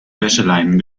wäscheleinen